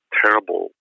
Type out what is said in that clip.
terrible